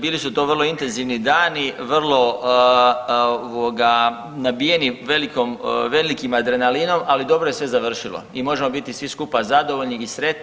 Bili su to vrlo intenzivni dani, vrlo nabijeni velikim adrenalinom, ali dobro je sve završilo i možemo biti svi skupa zadovoljni i sretni.